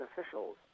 officials